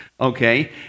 Okay